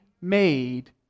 made